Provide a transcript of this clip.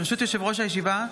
ברשות יושב-ראש הישיבה,